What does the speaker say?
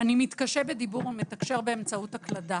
אני מתקשה בדיבור ומתקשר באמצעות הקלדה.